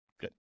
Good